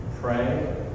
pray